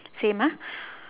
same ah